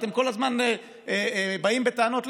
אתם כל הזמן באים בטענות.